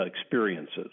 experiences